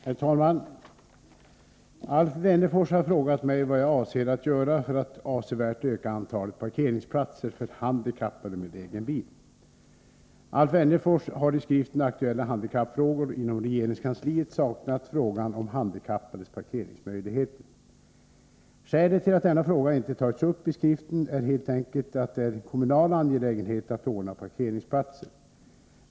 Herr talman! Alf Wennerfors har frågat mig vad jag avser att göra för att avsevärt öka antalet parkeringsplatser för handikappade med egen bil. Alf Wennerfors har i skriften Aktuella handikappfrågor inom regeringskansliet saknat frågan om handikappades parkeringsmöjligheter. Skälet till att denna fråga inte tagits upp i skriften är helt enkelt att det är eh kommunal angelägenhet att ordna parkeringsplatser.